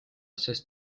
sest